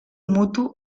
mutu